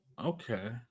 okay